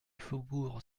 faubourg